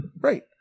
Right